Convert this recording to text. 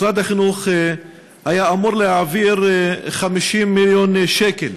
משרד החינוך היה אמור להעביר 50 מיליון שקל